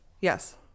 yes